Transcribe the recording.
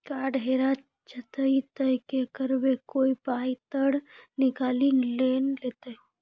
Card हेरा जइतै तऽ की करवै, कोय पाय तऽ निकालि नै लेतै?